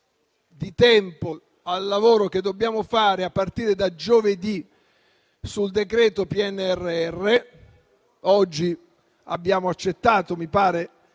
di tempo al lavoro che dobbiamo svolgere a partire da giovedì sul decreto PNRR. Oggi abbiamo accettato - mi pare